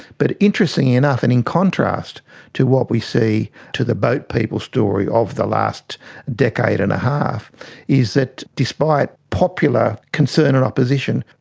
but interestingly enough and in contrast to what we see to the boat people story of the last decade and a half is that despite popular concern and opposition,